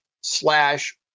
slash